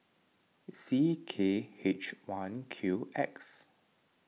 C K H one Q X